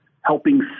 helping